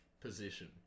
position